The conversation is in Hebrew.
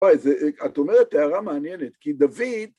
וואי, את אומרת הערה מעניינת, כי דוד...